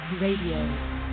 Radio